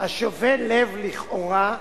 השובה לב לכאורה,